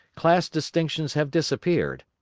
class distinctions have disappeared,